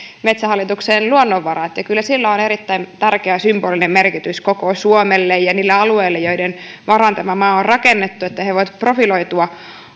metsähallituksen luonnonvarat kyllä sillä on erittäin tärkeä symbolinen merkitys koko suomelle ja niille alueille joiden varaan tämä maa on rakennettu että ne voivat profiloitua